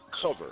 cover